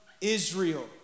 Israel